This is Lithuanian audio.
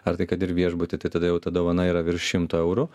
ar tai kad ir viešbutį tai tada jau ta dovana yra virš šimto eurų